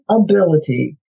ability